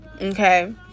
Okay